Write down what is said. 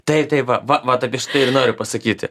taip tai va va vat apie šitą ir noriu pasakyti